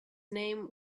name